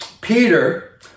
Peter